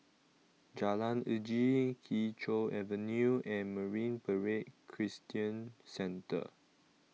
Jalan Uji Kee Choe Avenue and Marine Parade Christian Centre